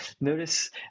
Notice